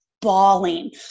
bawling